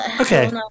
okay